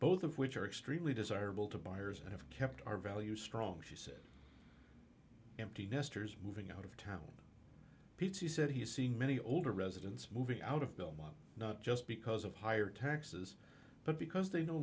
both of which are extremely desirable to buyers and have kept our values strong she said empty nesters moving out of town pizzey said he's seen many older residents moving out of belmont not just because of higher taxes but because they no